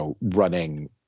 running